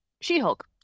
She-Hulk